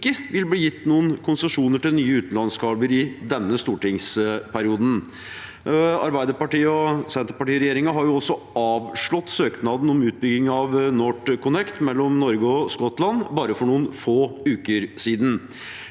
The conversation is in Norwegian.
vil bli gitt noen konsesjoner til nye utenlandskabler i denne stortingsperioden. Arbeiderparti–Senterparti-regjeringen har også avslått søknaden om utbygging av NorthConnect mellom Norge og Skottland for bare noen få uker siden.